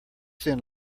send